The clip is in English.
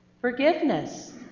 Forgiveness